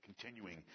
continuing